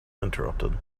interrupted